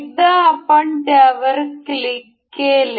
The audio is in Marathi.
एकदा आपण त्यावर क्लिक केले